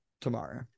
tomorrow